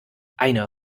eine